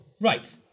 Right